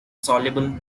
soluble